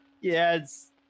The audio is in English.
Yes